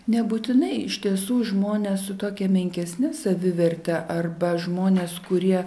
nebūtinai iš tiesų žmonės su tokia menkesne saviverte arba žmonės kurie